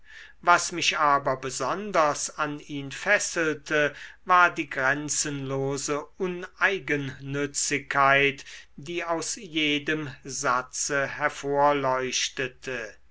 was mich aber besonders an ihn fesselte war die grenzenlose uneigennützigkeit die aus jedem satze